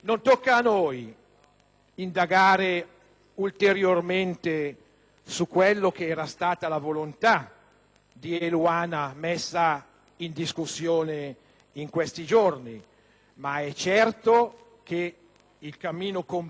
indagare ulteriormente su quella che era stata la volontà di Eluana messa in discussione in questi giorni; ma è certo che il cammino compiuto a Udine,